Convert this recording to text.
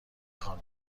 خانم